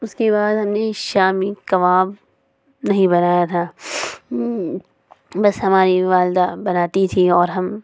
اس کے بعد ہم نے شامی کباب نہیں بنایا تھا بس ہماری والدہ بناتی تھیں اور ہم